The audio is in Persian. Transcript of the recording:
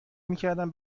میکردم